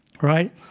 right